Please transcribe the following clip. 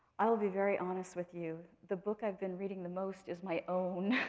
i will be very honest with you. the book i've been reading the most is my own.